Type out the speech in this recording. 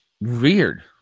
Weird